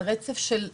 על רצף של התנהגות.